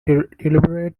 deliberate